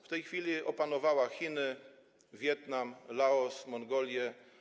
W tej chwili opanowała Chiny, Wietnam, Laos i Mongolię.